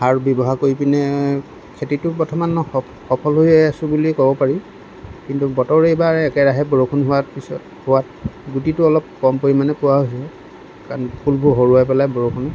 সাৰ ব্যৱহাৰ কৰি পিনে খেতিটো বৰ্তমান স সফল হৈয়ে আছোঁ বুলি ক'ব পাৰি কিন্তু বতৰ এইবাৰ একেৰাহে বৰষুণ হোৱাৰ পিছত হোৱাত গুটিটো অলপ কম পৰিমাণে পোৱা হৈছে কাৰণ ফুলবোৰ সৰুৱাই পেলাই বৰষুণে